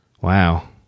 wow